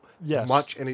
Yes